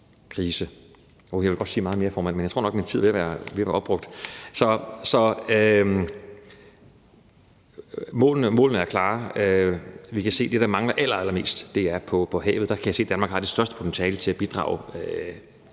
Jeg ville godt sige meget mere, formand, men jeg tror nok, at min tid er ved at være opbrugt. Så målene er klare, og vi kan se, at det, der mangler allerallermest, er i forhold til havet. Der kan jeg se, at Danmark har det største potentiale til at bidrage